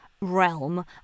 realm